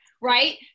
right